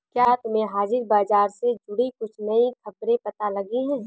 क्या तुम्हें हाजिर बाजार से जुड़ी कुछ नई खबरें पता लगी हैं?